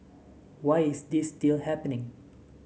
why is this still happening